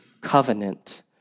covenant